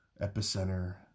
Epicenter